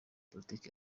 politiki